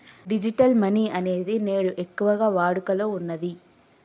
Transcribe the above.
digital money అనేది నేడు ఎక్కువగా వాడుకలో ఉన్నది